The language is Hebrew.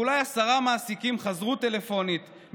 ואולי עשרה מעסיקים חזרו טלפונית,